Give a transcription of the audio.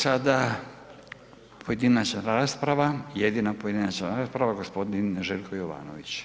Sada pojedinačna rasprava, jedina pojedinačna rasprava gospodin Željko Jovanović.